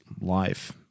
life